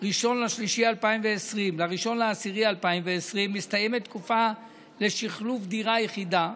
1 למרץ 2020 ל-1 לאוקטובר 2020 מסתיימת תקופה לשחלוף דירה יחידה,